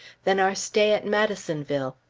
than our stay at madisonville.